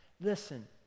Listen